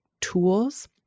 tools